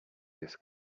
this